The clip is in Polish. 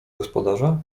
gospodarza